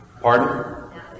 Pardon